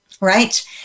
Right